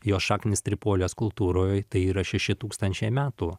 jos šaknys tripolės kultūroj tai yra šeši tūkstančiai metų